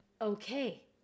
Okay